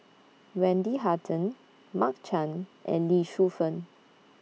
Wendy Hutton Mark Chan and Lee Shu Fen